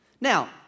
Now